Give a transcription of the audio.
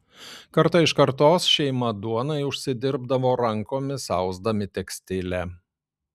karta iš kartos šeima duonai užsidirbdavo rankomis ausdami tekstilę